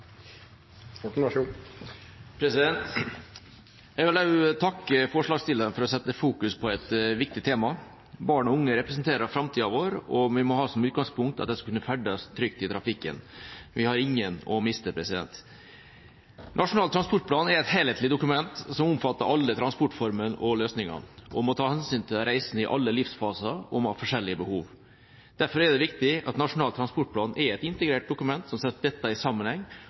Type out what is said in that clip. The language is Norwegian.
takke forslagsstillerne for å sette fokus på et viktig tema. Barn og unge representerer framtida vår, og vi må ha som utgangspunkt at de skal kunne ferdes trygt i trafikken. Vi har ingen å miste. Nasjonal transportplan er et helhetlig dokument som omfatter alle transportformene og -løsningene, og må ta hensyn til reisende i alle livsfaser og med forskjellige behov. Derfor er det viktig at Nasjonal transportplan er et integrert dokument som setter dette i sammenheng